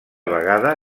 vegada